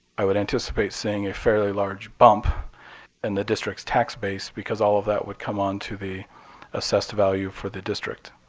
i would anticipate seeing a fairly large bump in and the district's tax base because all of that would come on to the assessed value for the district.